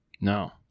No